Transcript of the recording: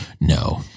No